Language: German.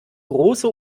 große